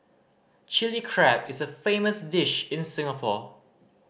Chilli Crab is a famous dish in Singapore